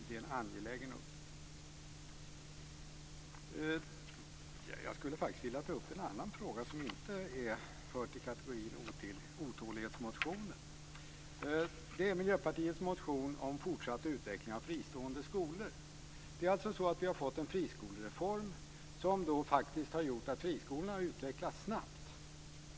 Det är en angelägen uppgift. Jag skulle vilja ta upp en fråga som inte tillhör kategorin otålighetsmotioner. Det är Miljöpartiets motion om fortsatt utveckling av fristående skolor. Det är alltså så att vi har fått en friskolereform som faktiskt har gjort att friskolorna utvecklats snabbt.